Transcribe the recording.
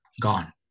gone